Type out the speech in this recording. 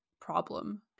problem